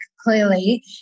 clearly